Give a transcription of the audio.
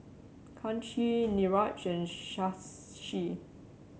Kanshi Niraj and Shashi